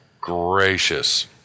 gracious